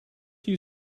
few